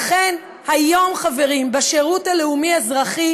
לכן, היום, חברים, בשירות הלאומי-האזרחי,